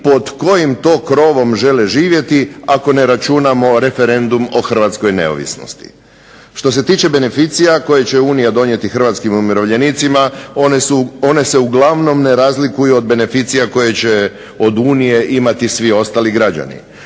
pod kojim to krovom žele živjeti ako ne računamo referendum o hrvatskoj neovisnosti. Što se tiče beneficija koje će Unija donijeti hrvatskim umirovljenicima one se uglavnom ne razlikuju od beneficija koje će od Unije imati svi ostali građani.